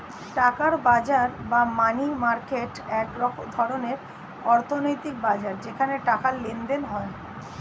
টাকার বাজার বা মানি মার্কেট এক ধরনের অর্থনৈতিক বাজার যেখানে টাকার লেনদেন হয়